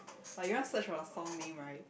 like you want to search for the song name right